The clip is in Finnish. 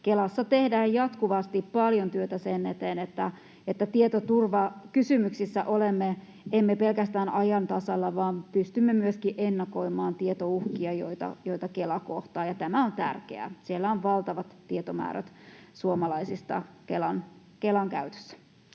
Kelassa tehdään jatkuvasti paljon työtä sen eteen, että emme tietoturvakysymyksissä ole pelkästään ajan tasalla, vaan pystymme myöskin ennakoimaan tietouhkia, joita Kela kohtaa. Tämä on tärkeää. Siellä on valtavat tietomäärät suomalaisista Kelan käytössä.